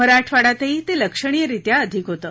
मराठवाड्यातही ते लक्षणीयरीत्या अधिक होतं